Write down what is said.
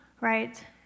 right